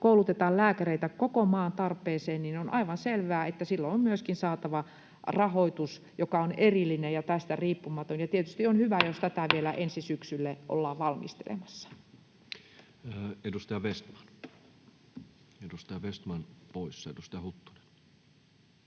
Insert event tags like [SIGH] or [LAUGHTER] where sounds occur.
koulutetaan lääkäreitä koko maan tarpeeseen, niin on aivan selvää, että silloin on myöskin saatava rahoitus, joka on erillinen ja tästä riippumaton. Tietysti on hyvä, [NOISE] jos tätä vielä ensi syksylle ollaan valmistelemassa. Edustaja Vestman poissa. — Edustaja Huttunen.